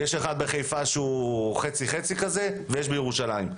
אחד בחיפה שהוא חצי-חצי ויש בירושלים.